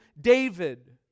David